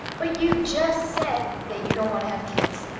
but you just said that you don't want to have kids.